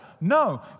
No